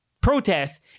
protests